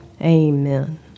Amen